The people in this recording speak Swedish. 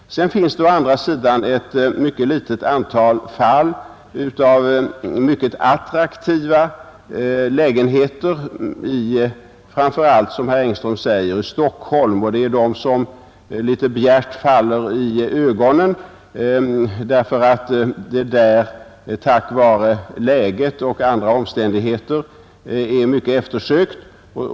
Sedan finns det å andra sidan ett mycket litet antal synnerligen attraktiva lägenheter i framför allt Stockholm, som herr Engström säger, som bjärt faller i ögonen därför att de tack vare läget och andra omständigheter är mycket eftersökta.